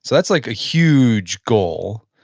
that's like a huge goal.